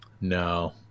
no